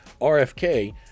RFK